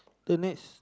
the next